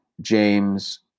James